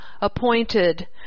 appointed